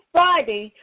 Friday